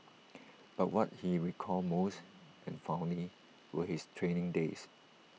but what he recalled most and fondly were his training days